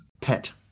pet